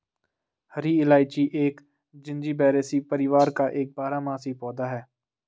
हरी इलायची एक जिंजीबेरेसी परिवार का एक बारहमासी पौधा है